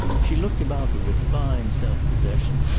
she looked about her with fine self-possession,